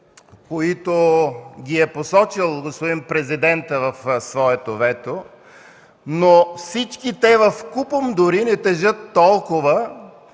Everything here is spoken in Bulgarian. които е посочил господин Президентът в своето вето, но всичките те вкупом дори не тежат толкова,